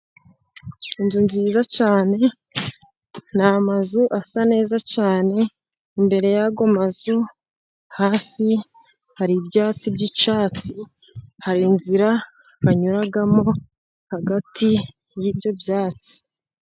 Inzu nziza cyane, n'amazu asa neza cyane imbere yayo mazu hasi hari ibyatsi by'icyatsi, hari inzira banyuramo hagati yibyo byatsi.